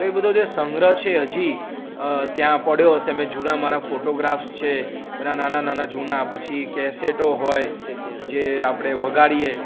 તો એ બધો જે સંગ્રહ છે હજી ત્યાં પડ્યો હશે મેં જૂના મારા ફોટોગ્રાફ્સ છે બધા નાના નાના જૂના પછી કેસેટો હોય જે આપણે વગાડીએ